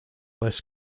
less